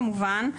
כמובן,